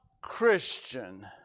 Christian